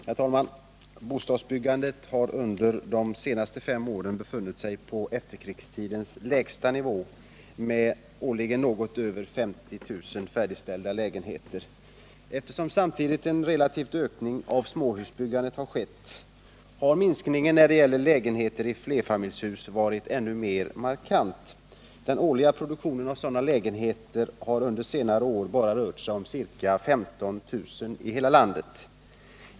Herr talman! Bostadsbyggandet har under de senaste fem åren befunnit sig på efterkrigstidens lägsta nivå med årligen något över 50 000 färdigställda lägenheter. Eftersom samtidigt en relativ ökning av småhusbyggandet skett, har minskningen när det gäller lägenheter i flerfamiljshus varit ännu mera markant. Den årliga produktionen av sådana lägenheter har under senare år bara rört sig om ca 15 000 i hela landet.